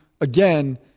again